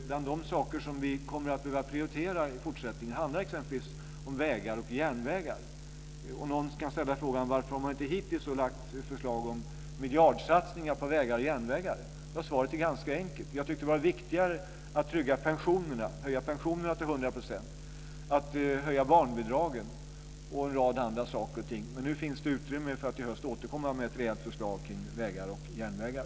Bland de saker som vi kommer att behöva prioritera i fortsättningen är exempelvis vägar och järnvägar. Om någon ställer frågan varför man hittills inte lagt fram förslag om miljardsatsningar på vägar och järnvägar är svaret ganska enkelt. Vi har tyckt att det har varit viktigare att trygga pensionerna, att höja dem till 100 %, att höja barnbidragen och en rad andra saker. Men nu finns det utrymme för att i höst återkomma med ett reellt förslag om vägar och järnvägar.